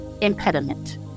impediment